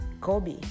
Kobe